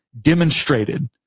demonstrated